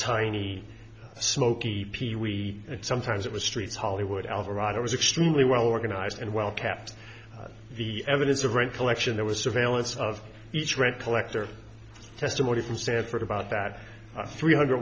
tiny smokey pee wee and sometimes it was streets hollywood alvarado was extremely well organized and well kept the evidence of rent collection there was surveillance of each rent collector testimony from sanford about that three hundred